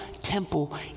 temple